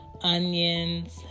Onions